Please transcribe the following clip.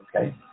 Okay